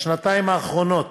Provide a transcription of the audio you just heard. בשנתיים האחרונות